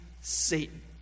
Satan